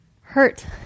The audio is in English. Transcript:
Hurt